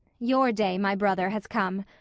your day, my brother, has come!